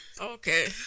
Okay